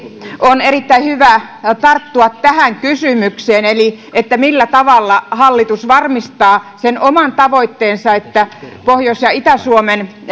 on erittäin hyvä tarttua tähän kysymykseen millä tavalla hallitus varmistaa sen oman tavoitteensa että pohjois ja itä suomen